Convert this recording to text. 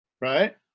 right